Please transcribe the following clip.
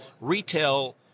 retail